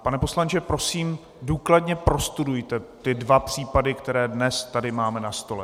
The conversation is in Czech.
Pane poslanče, prosím, důkladně prostudujte ty dva případy, které dnes tady máme na stole.